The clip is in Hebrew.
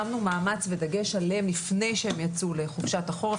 שמנו מאמץ בדגש עליהם לפני שהם יצאו לחופשת החורף.